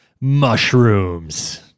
Mushrooms